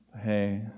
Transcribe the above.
Hey